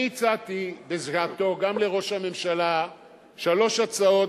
אני הצעתי בשעתי גם לראש הממשלה שלוש הצעות,